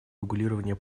урегулирование